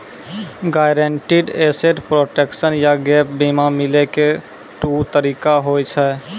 guaranteed asset protection या gap बीमा मिलै के दु तरीका होय छै